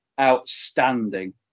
outstanding